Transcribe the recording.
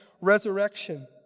resurrection